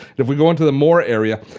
if we go into the more area,